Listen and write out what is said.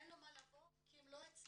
אין לו מה לבוא כי הם לא אצלו.